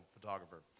photographer